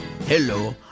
Hello